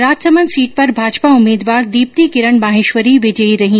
Rajsamand seat पर भाजपा उम्मीदवार दीप्ति किरण माहेश्वरी विजयी रही